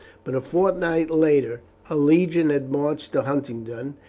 but a fortnight later a legion had marched to huntingdon,